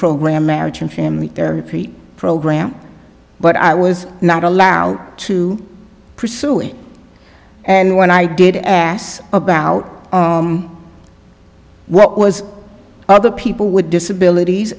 program marriage and family therapy program but i was not allowed to pursue it and when i did ass about what was other people with disabilities